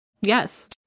yes